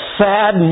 sad